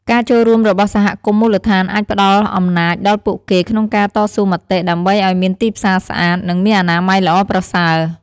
ការចូលរួមរបស់សហគមន៍មូលដ្ឋានអាចផ្តល់អំណាចដល់ពួកគេក្នុងការតស៊ូមតិដើម្បីឲ្យមានទីផ្សារស្អាត និងមានអនាម័យល្អប្រសើរ។